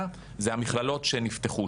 הן המכללות והאוניברסיטאות בנגב.